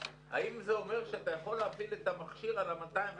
האם זה אומר שאתה יכול להפעיל את המכשיר על 201,